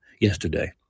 yesterday